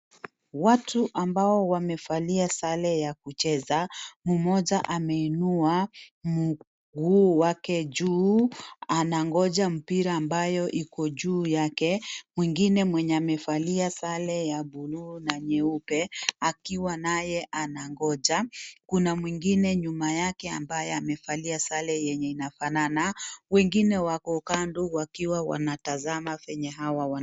Watu ambao wamevalia sre ya kucheza mmoja ameinua mguu wake juu anangoja mpira ambayo iko juu yake, mwingine mwenye amevalia sare ya buluu na nyeupe akiwa naye anangoja kuna mwingine nyuma yake ambaye amevalia sare yenye inafanana, wengine wako kando wakiwa wanatazama venye hawa wana